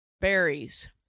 berries